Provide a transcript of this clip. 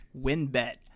WinBet